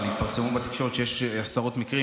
אבל התפרסם בתקשורת שיש עשרות מקרים.